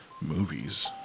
movies